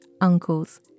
uncles